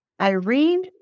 Irene